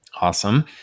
Awesome